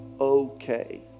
okay